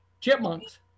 chipmunks